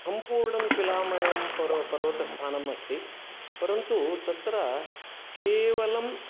सम्पूर्णं शिलामयं पर्वतस्थानम् अस्ति परन्तु तत्र केवलम्